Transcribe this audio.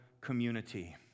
community